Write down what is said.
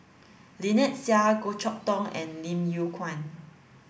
Lynnette Seah Goh Chok Tong and Lim Yew Kuan